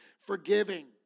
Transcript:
Forgiving